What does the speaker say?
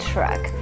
Truck 。